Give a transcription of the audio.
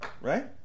Right